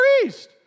priest